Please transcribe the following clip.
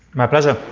my pleasure.